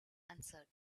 answered